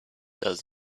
does